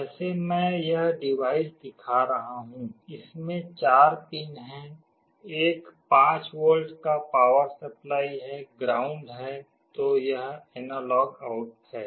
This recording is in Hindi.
जैसे मैं यह डिवाइस दिखा रहा हूं इसमें चार पिन हैं एक 5 वोल्ट का पावर सप्लाई है ग्राउंड है तो यह एनालॉग आउट है